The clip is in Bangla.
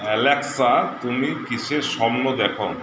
অ্যালেক্সা তুমি কীসের স্বপ্ন দেখো